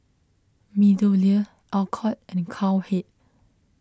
MeadowLea Alcott and Cowhead